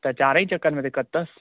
त चारईं चकनि में दिक़त अथसि